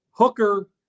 Hooker